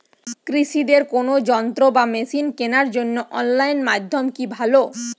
কৃষিদের কোন যন্ত্র বা মেশিন কেনার জন্য অনলাইন মাধ্যম কি ভালো?